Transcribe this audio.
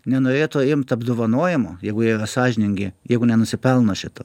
nenorėtų imt apdovanojimo jeigu jie sąžiningi jeigu nenusipelno šito